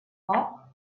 foc